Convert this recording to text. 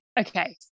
okay